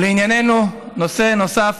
ולענייננו, נושא נוסף,